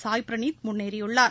சாய்பிரனீத் முன்னேறியுள்ளார்